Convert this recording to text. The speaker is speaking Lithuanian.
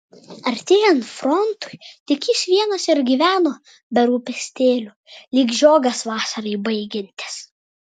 artėjant frontui tik jis vienas ir gyveno be rūpestėlių lyg žiogas vasarai baigiantis